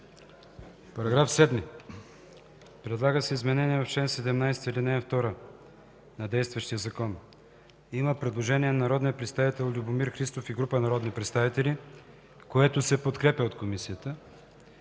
Параграф 7 предлага изменение в чл. 17, ал. 2 на действащия закон. Има предложение от народния представител Любомир Христов и група народни представители, което се подкрепя от Комисията.